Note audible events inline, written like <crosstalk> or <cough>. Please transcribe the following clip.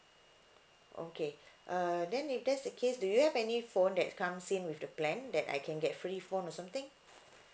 okay <breath> err then if that's the case do you have any phone that comes in with the plan that I can get free phone or something